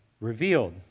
revealed